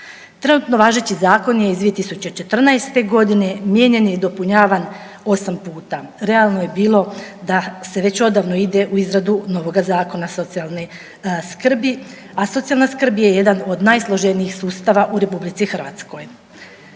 Trenutno važeći zakon je iz 2014.g., mijenjan je i dopunjavan 8 puta. Realno bi bilo da se već odavno ide u izradu novoga Zakona socijalne skrbi, a socijalna skrb je jedan od najsloženijih sustava u RH. Radi se